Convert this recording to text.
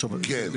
כן.